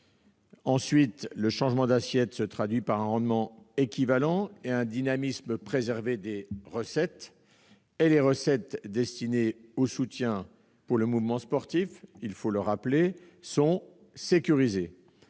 Ensuite, le changement d'assiette se traduira par un rendement équivalent et un dynamisme préservé des recettes. Les recettes destinées à soutenir le mouvement sportif sont sécurisées